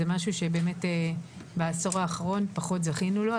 זה משהו שבאמת בעשור האחרון פחות זכינו לו,